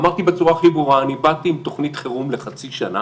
אמרתי בצורה הכי ברורה: אני באתי עם תוכנית חירום לחצי שנה,